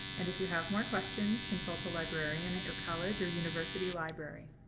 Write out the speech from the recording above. and if you have more questions, consult a librarian at your college or university library.